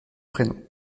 prénom